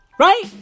Right